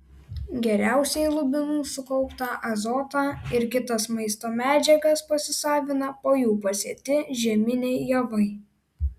geriausiai lubinų sukauptą azotą ir kitas maisto medžiagas pasisavina po jų pasėti žieminiai javai